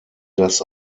das